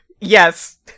Yes